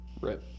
Right